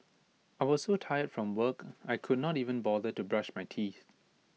I was so tired from work I could not even bother to brush my teeth